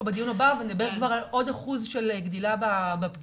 בדיון הבא ונדבר כבר על עוד אחוז של גדילה בפגיעות.